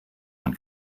man